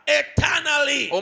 eternally